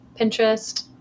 Pinterest